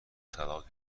طلاق